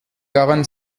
quarante